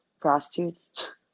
prostitutes